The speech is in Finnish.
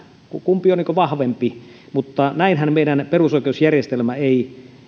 kumpi on vahvempi mutta tästähän meidän perusoikeusjärjestelmämme ei